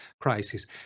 crisis